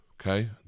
okay